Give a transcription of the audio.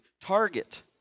target